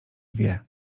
wie